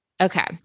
Okay